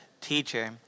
teacher